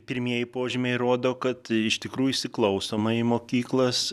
pirmieji požymiai rodo kad iš tikrųjų įsiklausoma į mokyklas